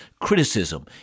criticism